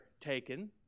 taken